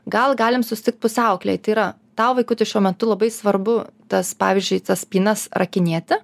gal galim susitikt pusiaukelėj tai yra tau vaikuti šiuo metu labai svarbu tas pavyzdžiui tas spynas rakinėti